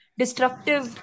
destructive